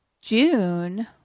June